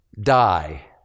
die